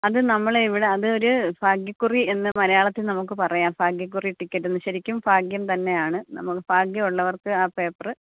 അത് നമ്മള് ഇവിടെ അതൊരു ഭാഗ്യക്കുറി എന്ന് മലയാളത്തിൽ നമുക്ക് പറയാം ഭാഗ്യക്കുറി ടിക്കറ്റ് ശെരിക്കും ഭാഗ്യം തന്നെയാണ് നമുക്ക് ഭാഗ്യവുള്ളവർക്ക് ആ പേപ്പറ്